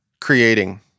creating